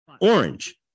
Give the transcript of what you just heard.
orange